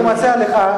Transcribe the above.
אני מציע לך,